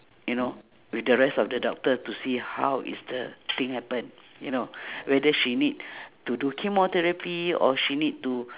you know with the rest of the doctor to see how is the thing happen you know whether she need to do chemotherapy or she need to